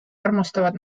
armastavad